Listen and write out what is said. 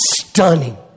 stunning